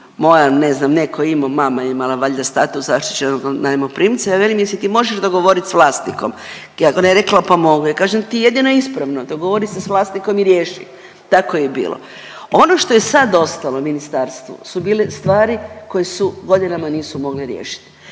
moja, ne znam netko je imamo, mama je imala valjda status zaštićenog najmoprimca, ja velim jel se ti možeš dogovoriti s vlasnikom, ona je rekla pa mogu. Ja kažem to ti je jedino ispravno, dogovori se s vlasnikom i riješi. Tako je i bilo. Ono što je sad ostalo ministarstvu su bile stvari koje su, godinama mogli riješiti.